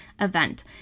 event